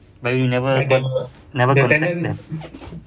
but you never con~ never contact them